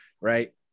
right